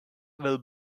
will